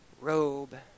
robe